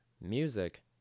music